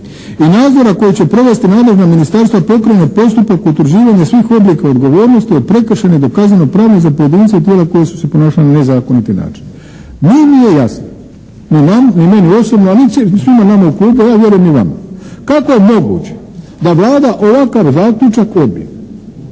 i nadzora koji će provesti nadležna ministarstva pokrene postupak utvrđivanja svih oblika odgovornosti od prekršajne do kazneno-pravne za pojedince i tijela koja su se ponašala na nezakoniti način." Nije nama jasno, ni meni osobno a niti svima nama u klubu a vjerujem ni vama kako je moguće da Vlada ovakav zaključak odbije.